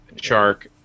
shark